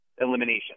elimination